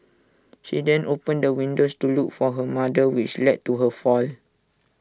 she then opened the windows to look for her mother which led to her fall